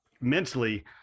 mentally